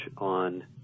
on